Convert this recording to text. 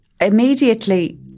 Immediately